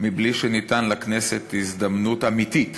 מבלי שניתנה לכנסת הזדמנות אמיתית